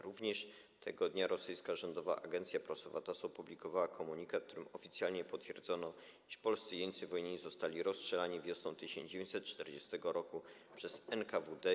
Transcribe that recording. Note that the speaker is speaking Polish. Również tego dnia rosyjska rządowa agencja prasowa TASS opublikowała komunikat, w którym oficjalnie potwierdzono, iż polscy jeńcy wojenni zostali rozstrzelani wiosną 1940 r. przez NKWD.